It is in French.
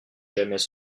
jamais